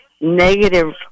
negative